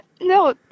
no